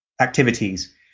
activities